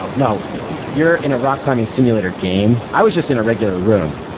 no. no. you're in a rock climbing simulator game. i was just in a regular room,